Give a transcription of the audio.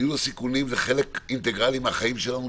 ניהול סיכונים הוא חלק אינטגרלי בחיים שלנו,